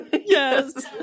yes